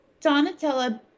Donatella